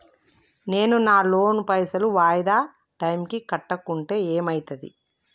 నేను నా లోన్ పైసల్ వాయిదా టైం కి కట్టకుంటే ఏమైతది?